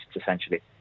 essentially